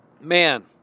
Man